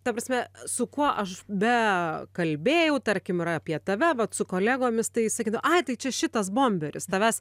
ta prasme su kuo aš be kalbėjau tarkim ir apie tave bet su kolegomis tai ir sakydavo a tai čia šitas bomberis tavęs